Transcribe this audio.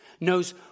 knows